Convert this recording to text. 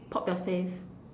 pop your face